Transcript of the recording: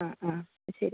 ആ ആ ശരി